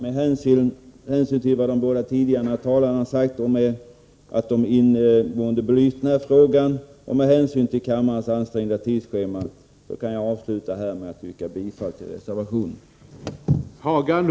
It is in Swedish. Med hänsyn till vad föregående två talare sagt och att de ingående belyst den här frågan samt med hänsyn till kammarens ansträngda tidsschema avslutar jag mitt anförande med att yrka bifall till reservationen.